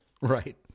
Right